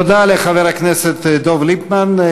תודה לחבר הכנסת דב ליפמן.